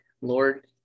Lord